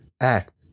Act